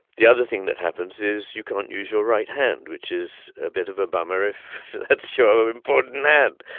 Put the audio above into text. the other thing that happens is you can't use your right hand, which is a bit of a bummer if that's your important hand.